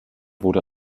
wurde